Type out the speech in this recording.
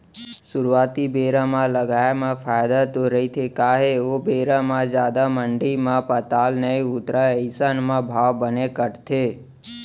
सुरुवाती बेरा म लगाए म फायदा तो रहिथे काहे ओ बेरा म जादा मंडी म पताल नइ उतरय अइसन म भाव बने कटथे